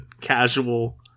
casual